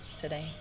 today